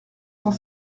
cent